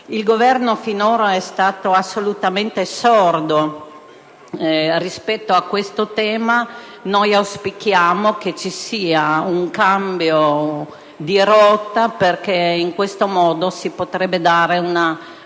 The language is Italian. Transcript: Il Governo finora è stato assolutamente sordo rispetto a questo tema. Noi auspichiamo che vi sia un cambio di rotta perché, in questo modo, si potrebbe dare una